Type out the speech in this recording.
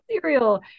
cereal